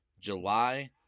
July